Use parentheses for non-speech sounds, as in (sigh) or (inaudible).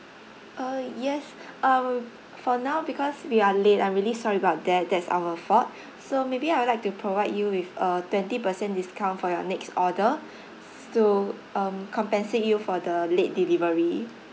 uh yes (breath) uh for now because we are late I'm really sorry about that that's our fault (breath) so maybe I would like to provide you with a twenty percent discount for your next order (breath) to um compensate you for the late delivery